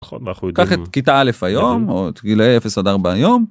קח את כיתה א' היום עוד גילאי 0 עד 4 יום.